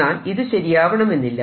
എന്നാൽ ഇത് ശരിയാവണമെന്നില്ല